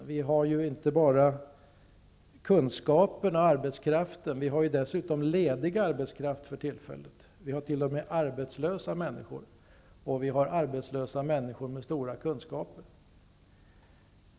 Vi har ju inte bara kunskaperna och arbetskraften. Vi har dessutom för tillfället ledig arbetskraft. Vi har t.o.m. arbetslösa människor, och vi har arbetslösa människor med stora kunskaper.